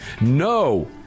no